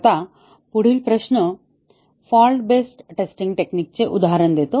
आता पुढील प्रश्न फॉल्ट बेस्ड टेस्टिंग टेक्निकचे उदाहरण देतो